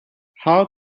how